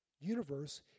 universe